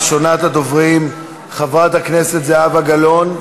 ראשונת הדוברים, חברת הכנסת זהבה גלאון,